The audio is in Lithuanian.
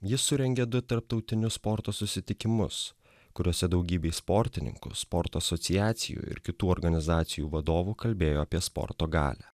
jis surengė du tarptautinius sporto susitikimus kuriuose daugybei sportininkų sporto asociacijų ir kitų organizacijų vadovų kalbėjo apie sporto galią